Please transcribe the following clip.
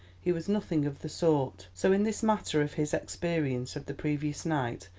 he was nothing of the sort. so in this matter of his experience of the previous night,